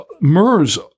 MERS